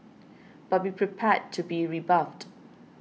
but be prepared to be rebuffed